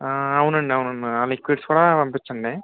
అవునండి అవునండి ఆ లిక్విడ్స్ కూడా పంపించండి